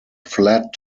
flat